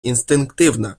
інстинктивна